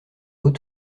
hauts